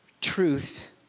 truth